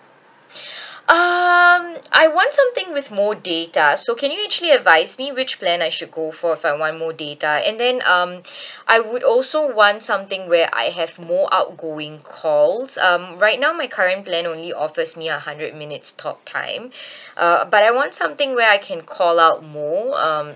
um I want something with more data so can you actually advise me which plan I should go for if I want more data and then um I would also want something where I have more outgoing calls um right now my current plan only offers me a hundred minutes talk time uh but I want something where I can call out more um